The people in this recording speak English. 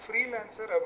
Freelancer